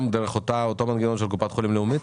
גם, דרך אותו מנגנון של קופת חולים לאומית?